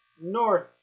North